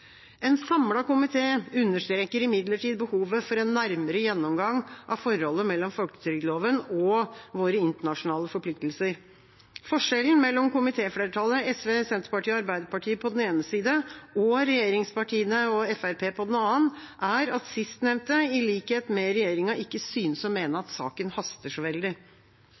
En samlet komité understreker imidlertid behovet for en nærmere gjennomgang av forholdet mellom folketrygdloven og våre internasjonale forpliktelser. Forskjellen mellom komitéflertallet, SV, Senterpartiet og Arbeiderpartiet, på den ene side og regjeringspartiene og Fremskrittspartiet på den annen er at sistnevnte, i likhet med regjeringa, ikke synes å mene at saken haster så veldig.